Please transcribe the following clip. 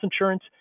insurance